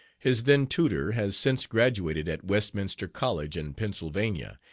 his then tutor has since graduated at westminster college in pennsylvania,